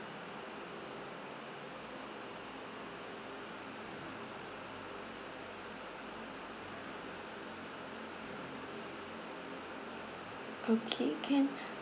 okay can